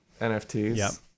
NFTs